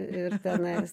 ir tenais